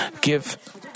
give